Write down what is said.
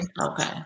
Okay